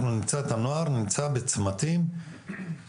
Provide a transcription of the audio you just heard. אנחנו נמצא את הנוער בצמתים בלילות,